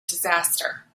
disaster